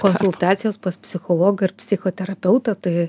konsultacijos pas psichologą ar psichoterapeutą tai